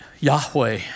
Yahweh